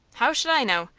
how should i know?